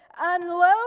Unload